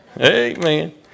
Amen